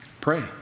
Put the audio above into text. Pray